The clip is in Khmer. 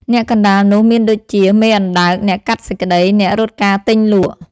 អ្នកកណ្ដាលនោះមានដូចជា មេអណ្ដើក អ្នកកាត់សេចក្ដី អ្នករត់ការទិញលក់ ។